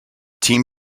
team